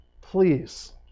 Please